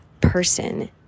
person